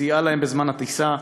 סייעה להם בזמן הטיסה,